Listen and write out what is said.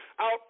out